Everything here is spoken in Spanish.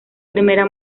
primera